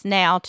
now